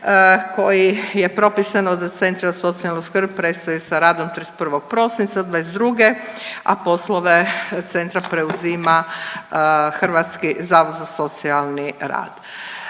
koji je propisan od Centra za socijalnu skrb prestao je sa radom 31. prosinca 2022. a poslove Centra preuzima Hrvatski zavod za socijalni rad.